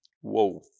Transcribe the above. Whoa